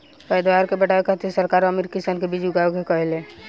पैदावार के बढ़ावे खातिर सरकार अमीर किसान के बीज उगाए के कहेले